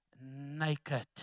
naked